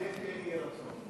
אמן, כן יהי רצון.